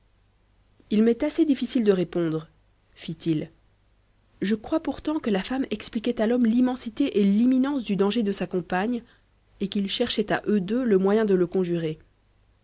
il m'est assez difficile de répondre fit-il je crois pourtant que la femme expliquait à l'homme l'immensité et l'imminence du danger de sa compagne et qu'ils cherchaient à eux deux le moyen de le conjurer